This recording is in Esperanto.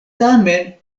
tamen